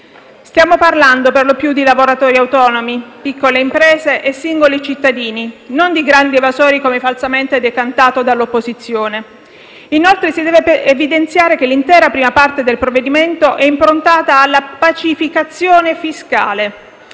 Stiamo parlando perlopiù di lavoratori autonomi, piccole imprese e singoli cittadini, non di grandi evasori, come falsamente decantato dall'opposizione. Inoltre, si deve evidenziare che l'intera prima parte del provvedimento è improntata alla pacificazione fiscale.